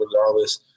regardless